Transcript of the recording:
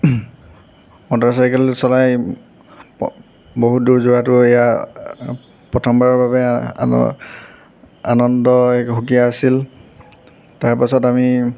motorcycle চলাই বহুত দূৰ যোৱাটো এয়া প্ৰথমবাৰৰ বাবে আন আনন্দ এক সুকীয়া আছিল তাৰপাছত আমি